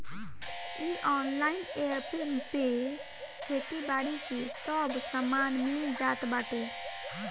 इ online app पे खेती बारी के सब सामान मिल जात बाटे